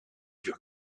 dure